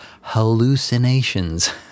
hallucinations